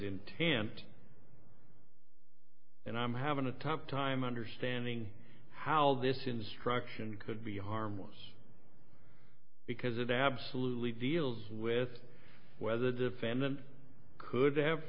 intent and i'm having a tough time understanding how this instruction could be harmless because it absolutely deals with whether the defendant could have